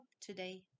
today